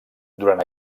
durant